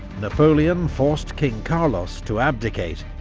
napoleon forced king carlos to abdicate,